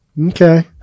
Okay